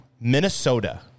Minnesota